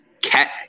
Cat